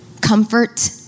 comfort